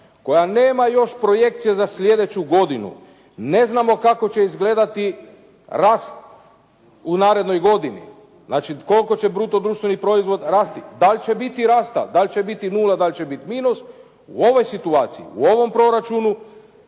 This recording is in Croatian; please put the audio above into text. koja nema još projekcije za slijedeću godinu. Ne znamo kako će izgledati rast u narednoj godini, znači koliko će bruto društveni proizvod rasti, da li će biti rasta, da li će biti nula, da li biti minus. U ovoj situaciji, u ovom proračunu